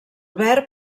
verb